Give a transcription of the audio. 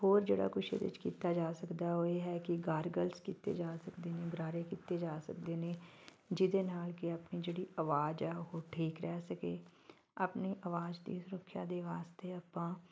ਹੋਰ ਜਿਹੜਾ ਕੁਝ ਇਹਦੇ 'ਚ ਕੀਤਾ ਜਾ ਸਕਦਾ ਉਹ ਇਹ ਹੈ ਕੀ ਗਾਰਗਲਸ ਕੀਤੇ ਜਾ ਸਕਦੇ ਨੇ ਗਰਾਰੇ ਕੀਤੇ ਜਾ ਸਕਦੇ ਨੇ ਜਿਹਦੇ ਨਾਲ ਕਿ ਆਪਣੀ ਜਿਹੜੀ ਆਵਾਜ਼ ਆ ਉਹ ਠੀਕ ਰਹਿ ਸਕੇ ਆਪਣੀ ਆਵਾਜ਼ ਦੀ ਸੁਰੱਖਿਆ ਦੇ ਵਾਸਤੇ ਆਪਾਂ